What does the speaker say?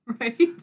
Right